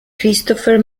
christopher